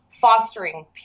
fostering